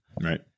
Right